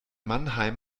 mannheim